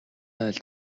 айлд